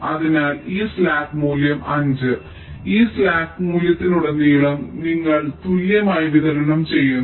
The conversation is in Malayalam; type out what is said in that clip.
അതിനാൽ ഈ സ്ലാക്ക് മൂല്യം 5 ഈ സ്ലാക്ക് മൂല്യത്തിലുടനീളം ഞങ്ങൾ തുല്യമായി വിതരണം ചെയ്യുന്നു